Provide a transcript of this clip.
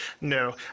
No